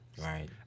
right